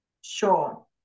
Sure